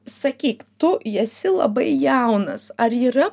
sakyk tu esi labai jaunas ar yra